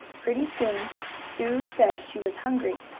pretty soon sue said she was hungry,